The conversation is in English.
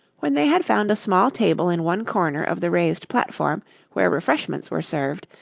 when they had found a small table in one corner of the raised platform where refreshments were served,